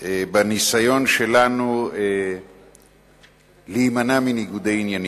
בניסיון שלנו להימנע מניגודי עניינים.